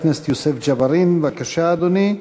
חבר הכנסת יוסף ג'בארין, בבקשה, אדוני.